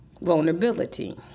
Vulnerability